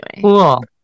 cool